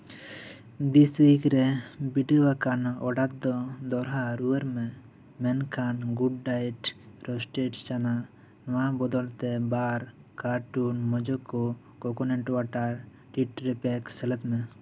ᱫᱤᱥ ᱩᱭᱤᱠ ᱨᱮ ᱵᱤᱰᱟᱹᱣ ᱟᱠᱟᱱᱟ ᱚᱰᱟᱨ ᱫᱚ ᱫᱚᱲᱦᱟ ᱨᱩᱣᱟᱹᱲ ᱢᱮ ᱢᱮᱱᱠᱷᱟᱱ ᱜᱩᱰ ᱰᱟᱭᱮᱴ ᱨᱳᱥᱴᱮᱰ ᱪᱟᱱᱟ ᱱᱚᱣᱟ ᱵᱚᱫᱚᱞᱛᱮ ᱵᱟᱨ ᱠᱟᱨᱴᱩᱱ ᱢᱚᱡᱳᱠᱳ ᱠᱳᱠᱳᱱᱟᱴ ᱳᱣᱟᱴᱟᱨ ᱴᱤᱴᱨᱤ ᱯᱮᱠ ᱥᱮᱞᱮᱫ ᱢᱮ